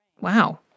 Wow